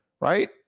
right